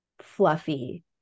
fluffy